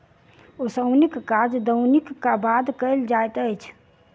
ओसौनीक काज दौनीक बाद कयल जाइत अछि